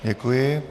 Děkuji.